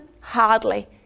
Hardly